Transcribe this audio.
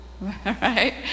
right